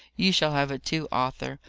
you shall have it too, arthur!